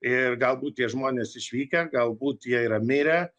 ir galbūt tie žmonės išvykę galbūt jie yra mirę